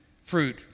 fruit